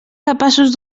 capaços